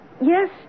Yes